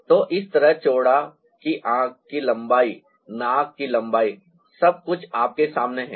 तो इस तरह चौड़ा कि आंख की लंबाई नाक की लंबाई और सब कुछ आपके सामने है